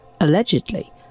allegedly